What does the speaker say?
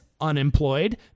unemployed